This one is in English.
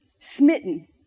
smitten